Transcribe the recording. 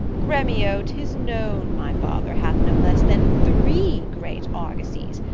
gremio, tis known my father hath no less than three great argosies,